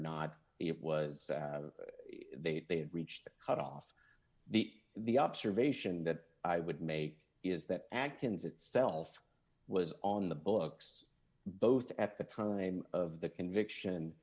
not it was they they had reached the cutoff the the observation that i would make is that acton's itself was on the books both at the time of the conviction